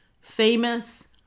famous